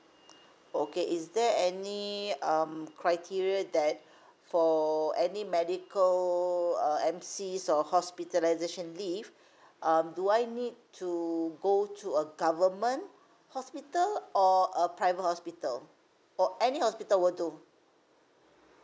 okay is there any um criteria that for any medical uh M_Cs or hospitalisation leave um do I need to go to a government hospital or a private hospital or any hospital will do